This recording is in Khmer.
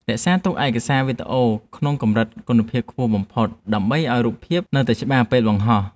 រក្សាទុកឯកសារវីដេអូក្នុងកម្រិតគុណភាពខ្ពស់បំផុតដើម្បីឱ្យរូបភាពនៅតែច្បាស់ពេលបង្ហោះ។